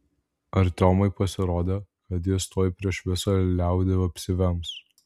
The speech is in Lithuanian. artiomui pasirodė kad jis tuoj prieš visą liaudį apsivems